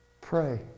Pray